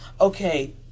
okay